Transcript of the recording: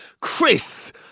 chris